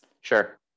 Sure